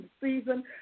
season